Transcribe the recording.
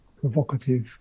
provocative